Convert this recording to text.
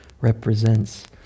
represents